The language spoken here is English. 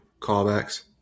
callbacks